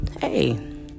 Hey